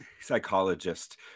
psychologist